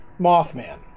Mothman